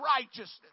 righteousness